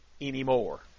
anymore